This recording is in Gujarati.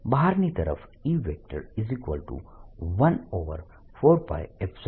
બહારની તરફ E14π03 p